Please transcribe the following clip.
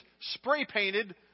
spray-painted